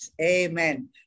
Amen